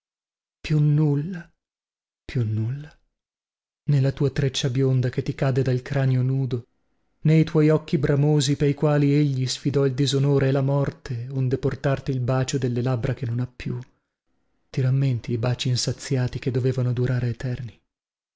più nulla più nulla nè la tua treccia bionda che ti cade dal cranio nudo nè i tuoi occhi bramosi pei quali sfidavo il disonore e la morte onde portarti il bacio delle labbra che non ho più ti rammenti i baci insaziati dietro quelluscio e